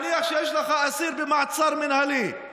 נניח שיש לך אסיר במעצר מינהלי.